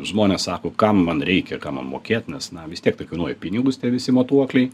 žmonės sako kam man reikia kam mokėt nes na vis tiek tai kainuoja pinigus tie visi matuokliai